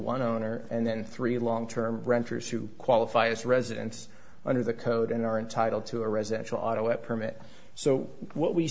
one owner and then three long term renters who qualify as residents under the code and are entitled to a residential auto a permit so what we